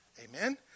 Amen